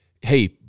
hey